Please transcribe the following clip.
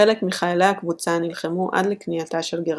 חלק מחיילי הקבוצה נלחמו עד לכניעתה של גרמניה,